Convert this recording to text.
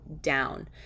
down